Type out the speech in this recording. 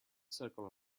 circle